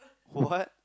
what